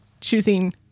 choosing